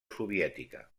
soviètica